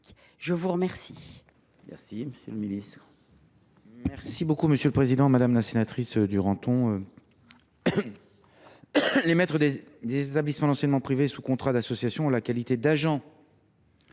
je vous remercie